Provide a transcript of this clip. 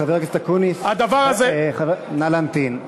חבר הכנסת אקוניס, נא להמתין.